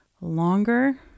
longer